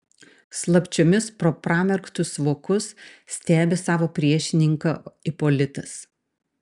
slapčiomis pro pramerktus vokus stebi savo priešininką ipolitas